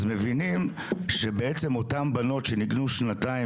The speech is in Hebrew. אז מבינים שבעצם אותן בנות שניגנו שנתיים